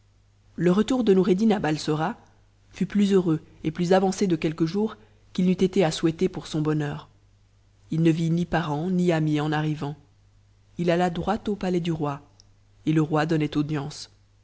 le retour de noureddin à balsora fut plus heureux et plus avance quelques jours qu'il n'eût été à souhaiter pour son bonheur h ne vit ni parent ni ami en arrivant it alla droit au palais du roi et le roi donnait audience